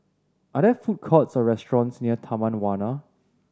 are there food courts or restaurants near Taman Warna